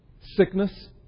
sickness